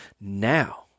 now